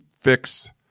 fix